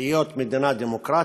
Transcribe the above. להיות מדינה דמוקרטית,